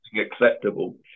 acceptable